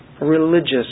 religious